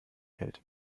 hält